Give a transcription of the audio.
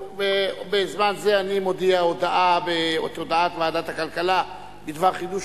בזמן זה אני מודיע את הודעת ועדת הכלכלה בדבר חידוש